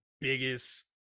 biggest